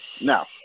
Now